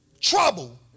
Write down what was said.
trouble